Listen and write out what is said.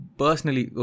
personally